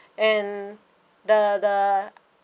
and the the